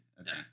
Okay